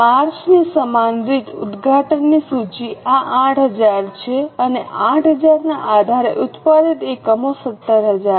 માર્ચની સમાન રીત ઉદઘાટનની સૂચિ આ 8000 છે અને 8000 ના આધારે ઉત્પાદિત એકમો છે 17000